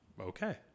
Okay